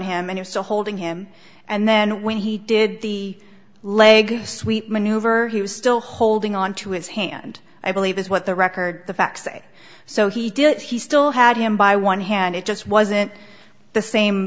him and is still holding him and then when he did the leg sweep maneuver he was still holding onto his hand i believe is what the record the facts say so he did it he still had him by one hand it just wasn't the same